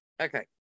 Okay